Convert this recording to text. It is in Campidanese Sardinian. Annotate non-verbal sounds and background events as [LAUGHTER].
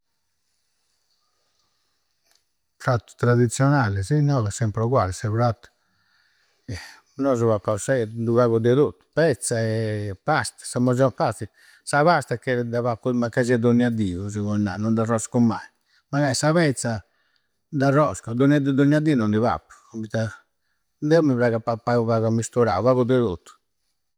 Prattu tradizionnallisi, innoga sempri uguallu su prattu. Nosu pappausu se. U pagu de tottu. Pezza [HESITATION] e pasta, sa maggior parti. Sa pasta è che da pappu, mancai sia n'ogna di si poi nai. Non d'orroscu mai. Ma è sa pezza, d'orroschu. D'ogna di, d'ogna di, non di pappu. Poitta. Deu mi praghi pappai u pagu ammesturau, u pagu de tottu.